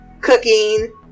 cooking